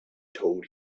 told